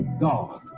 God